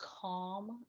calm